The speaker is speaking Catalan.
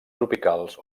tropicals